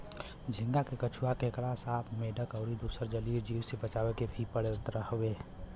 झींगा के कछुआ, केकड़ा, सांप, मेंढक अउरी दुसर जलीय जीव से बचावे के भी पड़त हवे